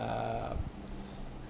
um